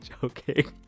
Joking